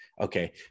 okay